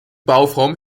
bauform